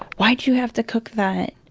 why do you have to cook that?